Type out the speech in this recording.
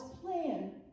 plan